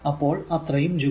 അപ്പോൾ അത്രയും ജൂൾ